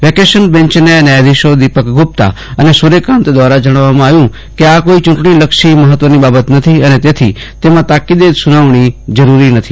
vacation બેન્ચના ન્યાયાધીશો દીપક ગુપ્તા અને સૂર્યકાન્ત દ્વારા જણાવવામાં આવ્યું કે આ કોઇ ચૂંટણીલક્ષી મહત્વની બાબત નથી અને તેથી તેમાં તાકીદે સુનાવજ઼ી જરૂરી નથી